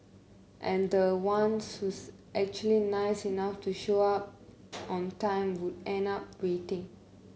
and the one who's actually nice enough to show up on time would end up waiting